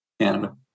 Canada